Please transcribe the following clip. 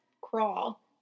crawl